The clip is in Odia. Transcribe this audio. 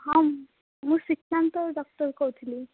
ହଁ ମୁଁ ଶ୍ରୀକାନ୍ତ ଡକ୍ଟର କହୁଥିଲି